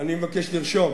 לרשום